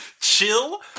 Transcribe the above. chill